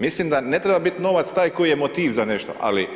Mislim da ne treba biti novac taj koji je motiv za nešto ali